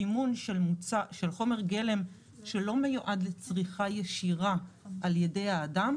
סימון של חומר גלם שלא מיועד לצריכה ישירה על ידי האדם,